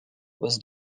was